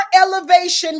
elevation